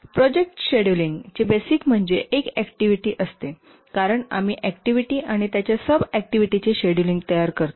project scheduling चे basic म्हणजे एक ऍक्टिव्हिटी असते कारण आम्ही ऍक्टिव्हिटी आणि त्याच्या सब ऍक्टिव्हिटीचे शेड्यूलिंग तयार करतो